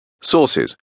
Sources